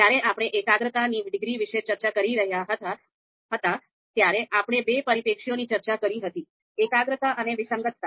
જ્યારે આપણે એકાગ્રતાની ડિગ્રી વિશે ચર્ચા કરી રહ્યા હતા ત્યારે આપણે બે પરિપ્રેક્ષ્યોની ચર્ચા કરી હતી એકાગ્રતા અને વિસંગતતા